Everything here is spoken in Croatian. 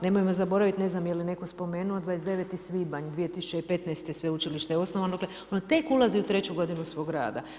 Nemojmo zaboraviti, ne znam jel' netko spomenuo, 29. svibanj 2015., sveučilište je osnovano, dakle ono tek ulazi u 3. godinu svog rada.